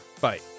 Bye